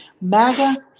MAGA